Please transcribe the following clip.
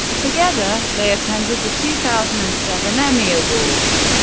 together, they attended the two thousand and seven emmy awards,